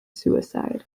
suicide